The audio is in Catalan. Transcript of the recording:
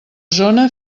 zona